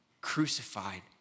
crucified